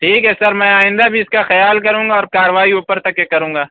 ٹھیک ہے سر میں آئندہ بھی اِس كا خیال كروں گا اور کاروائی اوپر تک کے کروں گا